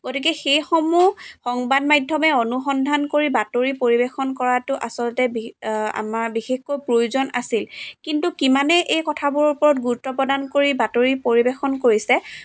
গতিকে সেইসমূহ সংবাদ মাদ্যমে অনুসন্ধান কৰি বাতৰি পৰিৱেশন কৰাটো আচলতে বি আমাৰ বিশেষকৈ প্ৰয়োজন আছিল কিন্তু কিমানেই এই কথাবোৰৰ ওপৰত গুৰুত্ব প্ৰদান কৰি বাতৰি পৰিৱেশন কৰিছে